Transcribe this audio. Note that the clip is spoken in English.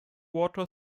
water